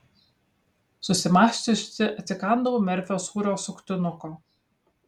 susimąsčiusi atsikandau merfio sūrio suktinuko